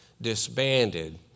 disbanded